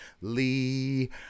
Lee